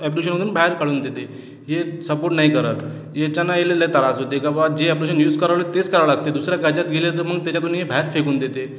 ॲप्लिकेशनमधून बाहेर काढून देते हे सपोर्ट नाही करत याच्यानं इल लय त्रास होते का बुवा जे ॲप्लिकेशन यूज करालो तेच करावं लागते दुसऱ्या कायच्यात गेले तर मग त्याच्यातून हे बाहेर फेकून देते